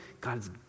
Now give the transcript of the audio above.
God's